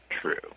true